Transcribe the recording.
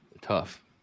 Tough